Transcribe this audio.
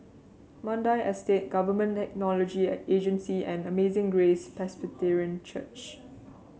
Mandai Estate Government Technology Agency and Amazing Grace Presbyterian Church